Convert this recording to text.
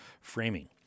framing